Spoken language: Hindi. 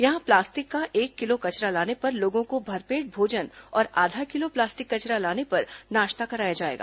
यहां प्लास्टिक का एक किलो कचरा लाने पर लोगों को भरपेट भोजन और आधा किलो प्लास्टिक कचरा लाने पर नाश्ता कराया जाएगा